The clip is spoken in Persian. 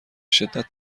شدت